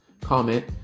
comment